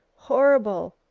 horrible!